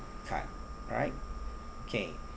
card right okay